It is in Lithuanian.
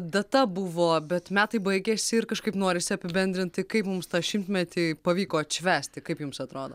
data buvo bet metai baigėsi ir kažkaip norisi apibendrinti tai kaip mums tą šimtmetį pavyko atšvęsti kaip jums atrodo